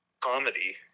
comedy